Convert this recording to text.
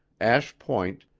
ash point,